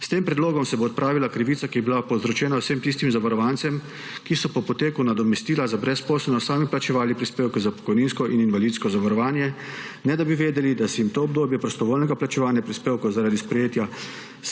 S tem predlogom se bo odpravila krivica, ki je bila povzročena vsem tistim zavarovancem, ki so po poteku nadomestila za brezposelnost sami plačevali prispevke za pokojninsko in invalidsko zavarovanje, ne da bi vedeli, da se jim to obdobje prostovoljnega plačevanja prispevkov zaradi sprejetja